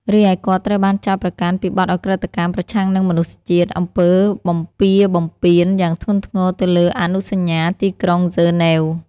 រីឯគាត់ត្រូវបានចោទប្រកាន់ពីបទឧក្រិដ្ឋកម្ម ប្រឆាំងនឹងមនុស្សជាតិ អំពើបំពារបំពានយ៉ាងធ្ងន់ធ្ងរទៅលើអនុសញ្ញា ទីក្រុងហ្សឺណែវ ។